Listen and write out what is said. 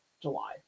July